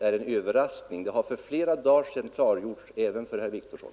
Min mening var helt klarlagd — även för herr Wictorsson.